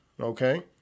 okay